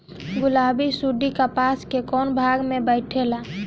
गुलाबी सुंडी कपास के कौने भाग में बैठे ला?